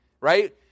Right